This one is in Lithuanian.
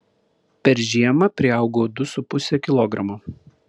per žiemą priaugau du su puse kilogramo